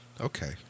Okay